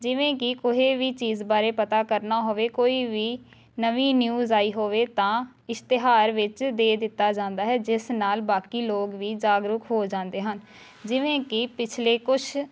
ਜਿਵੇਂ ਕਿ ਕੋਹੇ ਵੀ ਚੀਜ਼ ਬਾਰੇ ਪਤਾ ਕਰਨਾ ਹੋਵੇ ਕੋਈ ਵੀ ਨਵੀਂ ਨਿਊਜ਼ ਆਈ ਹੋਵੇ ਤਾਂ ਇਸ਼ਤਿਹਾਰ ਵਿੱਚ ਦੇ ਦਿੱਤਾ ਜਾਂਦਾ ਹੈ ਜਿਸ ਨਾਲ ਬਾਕੀ ਲੋਕ ਵੀ ਜਾਗਰੂਕ ਹੋ ਜਾਂਦੇ ਹਨ ਜਿਵੇਂ ਕਿ ਪਿਛਲੇ ਕੁਛ